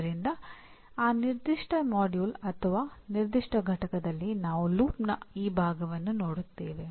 ಆದ್ದರಿಂದ ಈ ನಿರ್ದಿಷ್ಟ ಮಾಡ್ಯೂಲ್ ಅಥವಾ ಈ ನಿರ್ದಿಷ್ಟ ಪಠ್ಯದಲ್ಲಿ ನಾವು ಲೂಪ್ನ ಈ ಭಾಗವನ್ನು ನೋಡುತ್ತೇವೆ